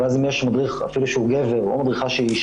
או שהוא נכשל או נסגר.